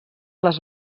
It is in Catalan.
les